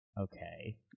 Okay